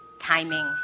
Timing